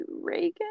Reagan